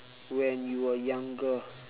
when you were younger